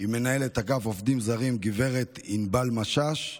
עם מנהלת אגף עובדת זרים גב' ענבל משאש,